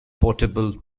portable